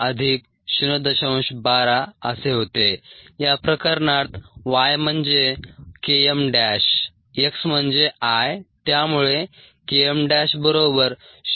12 असे होते या प्रकरणात y म्हणजे Km' x म्हणजे I त्यामुळे Km' 0